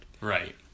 Right